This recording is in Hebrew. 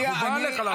חובה עליך להעביר אותו.